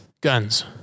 Guns